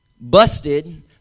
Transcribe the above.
Busted